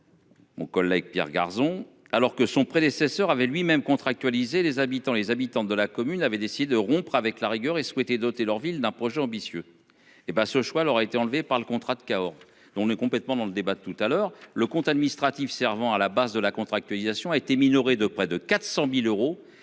Mon collègue Pierre Carzon alors que son prédécesseur avait lui même contractualiser les habitants, les habitants de la commune avait décidé de rompre avec la rigueur et souhaité doter leur ville d'un projet ambitieux et ben ce choix là aurait été enlevé par le contrat de Cahors. On est complètement dans le débat tout à l'heure, le compte administratif servant à la base de la contractualisation a été minoré de près de 400.000 euros.